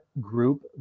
group